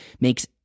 makes